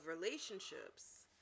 relationships